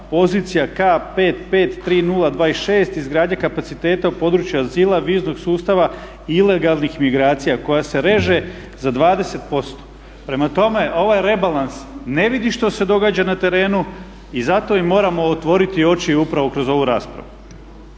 pozicija K553026 izgradnje kapaciteta u području azila, viznog sustava i ilegalnih migracija koja se reže za 20%. Prema tome, ovaj rebalans ne vidi što se događa na terenu i zato im moramo otvoriti oči upravo kroz ovu raspravu.